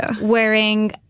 Wearing